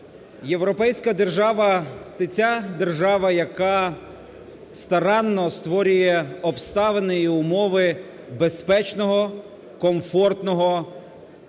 Європейська держава, це держава, яка старанно створює обставини і умови безпечного, комфортного